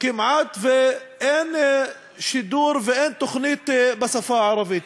שאין שידור ואין תוכנית בשפה הערבית.